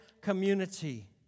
community